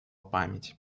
память